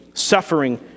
suffering